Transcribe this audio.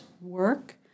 work